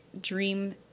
dream